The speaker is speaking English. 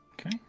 Okay